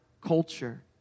culture